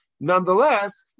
nonetheless